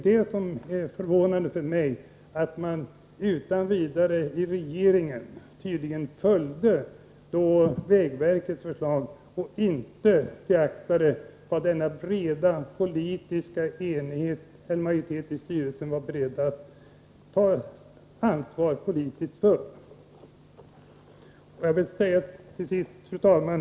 Det är förvånande att man tydligen utan vidare i regeringen följde vägverkets förslag och inte beaktade vad en majoritet i styrelsen i bred politisk enighet var beredd att ta ansvar för. Till sist, fru talman!